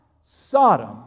Sodom